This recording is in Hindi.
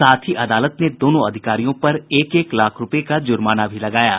साथ ही अदालत ने दोनों अधिकारियों पर एक एक लाख रुपये का जुर्माना भी लगाया है